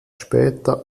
später